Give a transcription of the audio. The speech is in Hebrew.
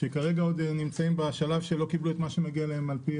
שכרגע עוד נמצאים בשלב שלא קיבלו את מה שמגיע להם על פי